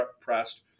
pressed